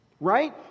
right